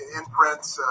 imprints